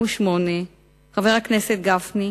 חבר הכנסת גפני,